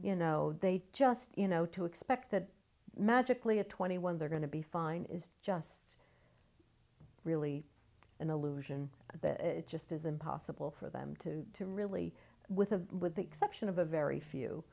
you know they just you know to expect that magically at twenty one they're going to be fine is just really an illusion that it just isn't possible for them to really with a with the exception of a very few